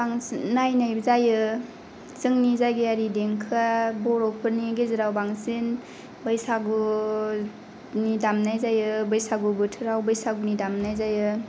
बांसिन नायनाय जायो जोंनि जायगायारि देंखोआ बर'फोरनि गेजेराव बंसिन बैसागुनि दामनाय जायो बैसागु बोथोराव बैसागुनि दामनाय जायो